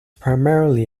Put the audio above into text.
primarily